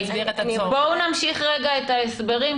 הצו הונח לאישור.